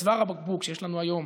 את צוואר הבקבוק שיש לנו היום